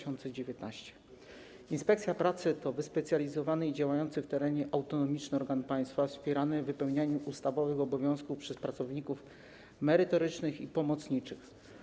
Inspekcja pracy to wyspecjalizowany i działający w terenie autonomiczny organ państwa wspierany w wypełnianiu ustawowych obowiązków przez pracowników merytorycznych i pomocniczych.